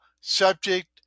subject